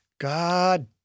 God